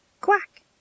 quack